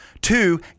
Two